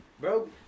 bro